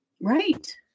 Right